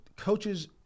Coaches